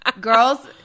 girls